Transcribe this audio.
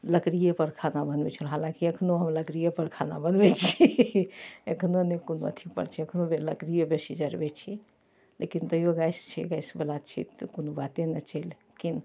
लकड़िएपर खाना बनबै छलहुँ हालाँकि एखनहु हम लकड़िएपर खाना बनबै छी एखनहु नहि कोनो अथीपर छै एखनहु जे लकड़िए बेसी जरबै छी लेकिन तैओ गैस छै गैसवला छै तऽ कोनो बाते नहि छै लेकिन